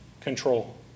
control